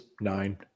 nine